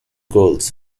girls